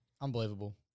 Unbelievable